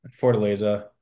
fortaleza